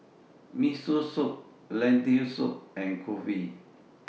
Miso Soup Lentil Soup and Kulfi